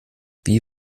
wie